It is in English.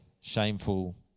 shameful